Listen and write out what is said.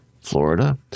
Florida